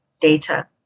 data